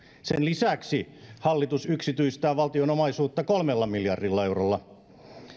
sen lisäksi hallitus yksityistää valtion omaisuutta kolmella miljardilla eurolla